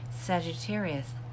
Sagittarius